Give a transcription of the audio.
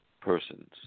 persons